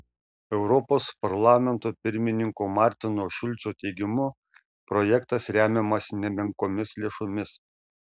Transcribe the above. europos parlamento pirmininko martino šulco teigimu projektas remiamas nemenkomis lėšomis